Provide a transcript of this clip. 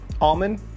almond